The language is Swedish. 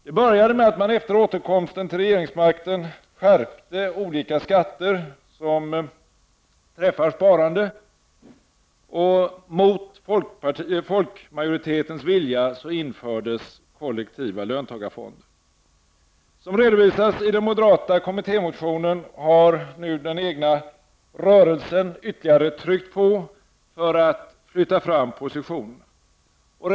Det började med att man efter återkomsten till regeringsmakten skärpte olika skatter som träffar sparande, och mot folkmajoritetens vilja infördes kollektiva löntagarfonder. Som redovisas i den moderata kommittémotionen har nu den egna rörelsen tryckt på ytterligare för att flytta fram positionerna.